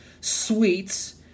sweets